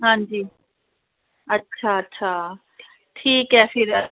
हांजी अच्छा अच्छा ठीक ऐ फिर